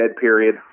period